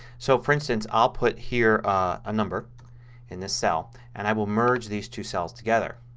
so for instance i'll put here a number in this cell and i will merge these two cells together.